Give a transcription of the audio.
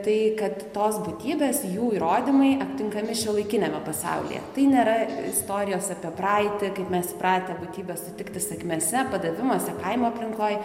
tai kad tos būtybės jų įrodymai aptinkami šiuolaikiniame pasaulyje tai nėra istorijos apie praeitį kaip mes įpratę būtybes sutikti sakmėse padavimuose kaimo aplinkoj